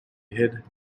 hid